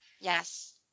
Yes